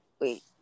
wait